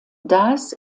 das